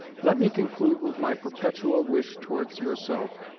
let me conclude with my perpetual wish towards yourself,